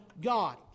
God